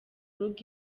rugo